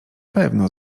pewno